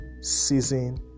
season